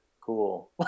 cool